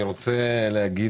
אני רוצה לומר